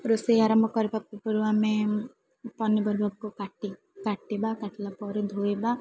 ରୋଷେଇ ଆରମ୍ଭ କରିବା ପୂର୍ବରୁ ଆମେ ପନିପରିବାକୁ କାଟି କାଟିବା କାଟିଲା ପରେ ଧୋଇବା